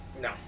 No